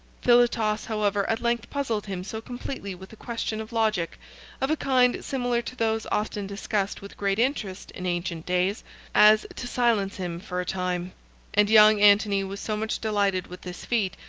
philotas, however, at length puzzled him so completely with a question of logic of a kind similar to those often discussed with great interest in ancient days as to silence him for a time and young antony was so much delighted with this feat,